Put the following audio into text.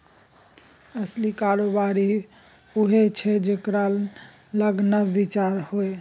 असली कारोबारी उएह छै जेकरा लग नब विचार होए